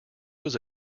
was